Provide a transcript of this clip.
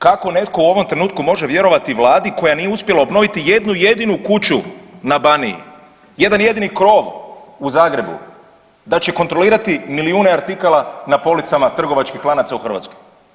Kako netko u ovom trenutku može vjerovati Vladi koja nije uspjela obnoviti jednu jedinu kuću na Baniji, jedan jedini krov u Zagrebu da će kontrolirati milijune artikala na policama trgovačkih lanaca u Hrvatskoj?